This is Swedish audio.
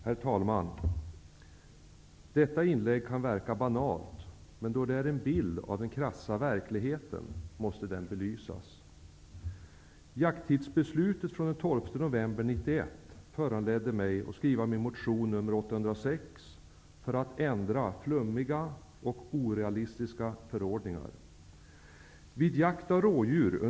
Herr talman! Detta inlägg kan verka banalt, men det ger en bild av den krassa verklighet som måste belysas. föranledde mig att skriva min motion nr 806 för att söka ändra flummiga, orealistiska förordningar.